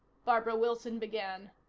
barbara wilson began.